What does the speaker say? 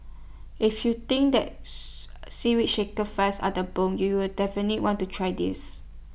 if you think that Seaweed Shaker fries are the bomb you'll definitely want to try this